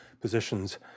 positions